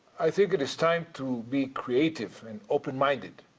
i think it is time to be creative and open-minded.